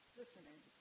listening